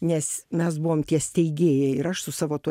nes mes buvom tie steigėjai ir aš su savo tuo